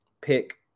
pick